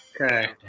Okay